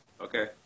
Okay